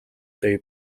they